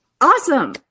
Awesome